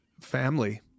family